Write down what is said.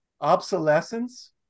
obsolescence